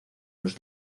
los